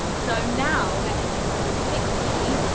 so now, they're edging towards sixty.